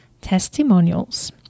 testimonials